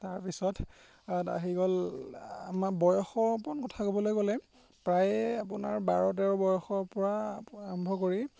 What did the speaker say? তাৰপিছত আহি গ'ল আমাৰ বয়সৰ ওপৰত কথা ক'বলৈ গ'লে প্ৰায়ে আপোনাৰ বাৰ তেৰ বয়সৰ পৰা আৰম্ভ কৰি